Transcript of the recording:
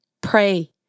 Pray